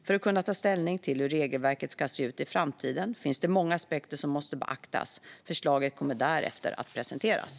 För att kunna ta ställning till hur regelverket ska se ut i framtiden finns det många aspekter som måste beaktas. Förslaget kommer därefter att presenteras.